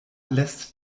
lässt